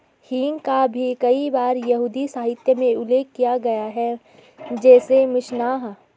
हींग का भी कई बार यहूदी साहित्य में उल्लेख किया गया है, जैसे मिशनाह